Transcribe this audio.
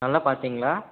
நல்லா பார்த்தீங்களா